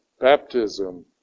baptism